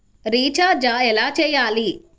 Recharge ఎలా చెయ్యాలి?